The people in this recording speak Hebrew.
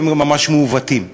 הם גם ממש מעוותים.